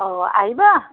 অঁ আহিবা